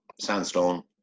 sandstone